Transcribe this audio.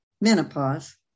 menopause